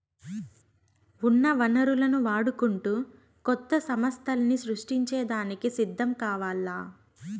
ఉన్న వనరులను వాడుకుంటూ కొత్త సమస్థల్ని సృష్టించే దానికి సిద్ధం కావాల్ల